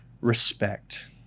respect